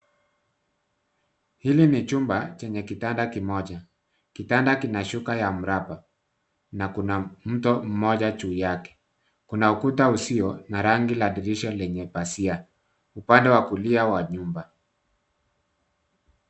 Hili ni chumba chenye kitanda kimoja. Kitanda kina shuka ya mraba, na kuna mto mmoja juu yake. Kuna ukuta usio na rangi la dirisha lenye pazia, upande wa kulia wa nyumba.